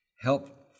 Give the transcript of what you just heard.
Help